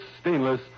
stainless